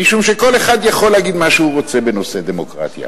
משום שכל אחד יכול להגיד מה שהוא רוצה בנושא דמוקרטיה,